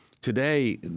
Today